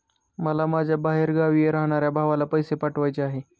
मला माझ्या बाहेरगावी राहणाऱ्या भावाला पैसे पाठवायचे आहे